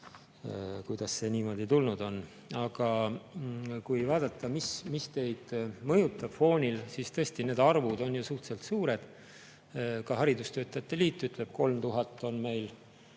kuidas see niimoodi on tulnud, aga kui vaadata, mis teid mõjutab foonil, siis tõesti need arvud on ju suhteliselt suured. Ka haridustöötajate liit ütleb, et 3000 on meil